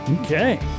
Okay